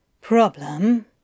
Problem